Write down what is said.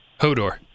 Hodor